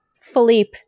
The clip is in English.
Philippe